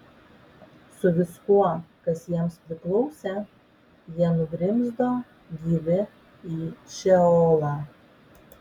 su viskuo kas jiems priklausė jie nugrimzdo gyvi į šeolą